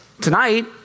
tonight